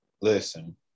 listen